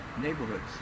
neighborhoods